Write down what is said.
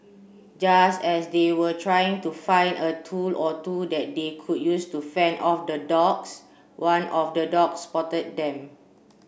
just as they were trying to find a tool or two that they could use to fend off the dogs one of the dogs spotted them